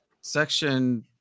section